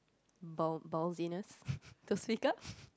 ball ballsiness to speak up